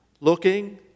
looking